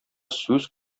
сүз